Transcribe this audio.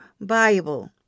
Bible